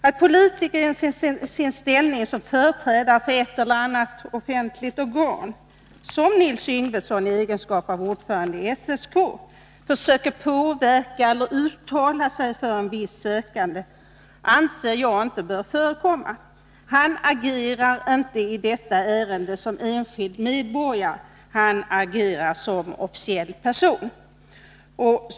Att politiker i sin ställning som företrädare för ett eller annat offentligt organ — som Nils Yngvesson i egenskap av ordförande i SSK — försöker påverka eller uttala sig för en viss sökande bör inte förekomma. I detta ärende agerar han inte som enskild medborgare, utan som officiell person.